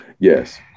yes